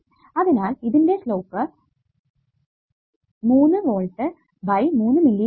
അതിനാൽ ഇതിന്റെ slope 3 volt by 3 milli second